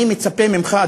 ואני מצפה ממך,